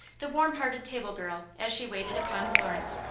the warm-hearted table girl, as she waited upon florence.